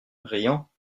riant